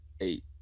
eight